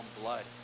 blood